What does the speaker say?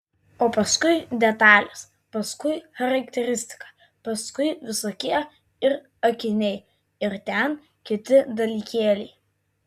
o paskui detalės paskui charakteristika paskui visokie ir akiniai ir ten kiti dalykėliai